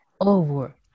over